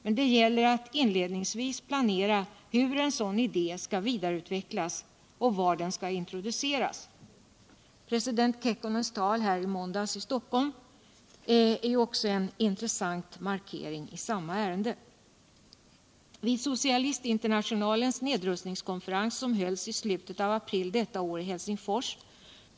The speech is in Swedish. Men det gäller att inledningsvis planera hur en sädan idé skall vidareutvecklas och var den skall introduceras. President Kekkonens tal här t Stockholm i måndags är en intressant markering I samma ärende. Vid Socielistinternationalens nedrustningskonferens, som hölls i slutet av upril deua år i Helsingfors.